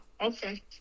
Okay